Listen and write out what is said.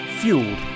fueled